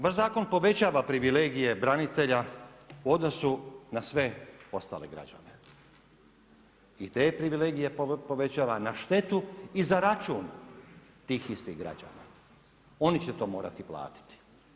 Vaš zakon povećava privilegije branitelja u odnosu na sve ostale građane i te privilegije povećava na štetu i za račun tih istih građana. oni će to morati platiti.